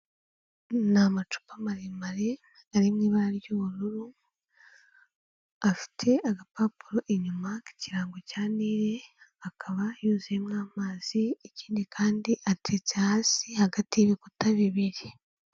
Ni amacupa maremare ari mu ibara ry'ubururu, afite agapapuro inyuma k'ikirango cya nili, akaba yuzuyemo amazi, ikindi kandi ateretse hasi, hagati y'ibikuta bibiri.